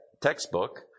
textbook